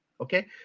Okay